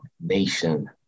Nation